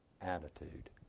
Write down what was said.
attitude